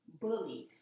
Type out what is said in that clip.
bullied